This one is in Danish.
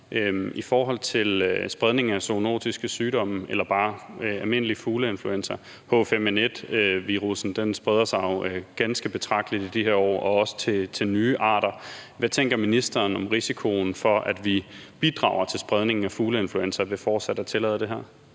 i forhold til spredning af zoonotiske sygdomme eller bare almindelig fugleinfluenza. H5N1-virussen spreder sig ganske betragteligt i de her år, og også til nye arter. Hvad tænker ministeren om risikoen for, at vi bidrager til spredningen af fugleinfluenza ved fortsat at tillade det her?